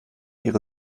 ihre